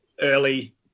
early